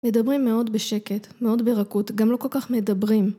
מדברים מאוד בשקט, מאוד ברכות, גם לא כל כך מדברים.